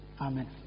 Amen